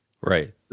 right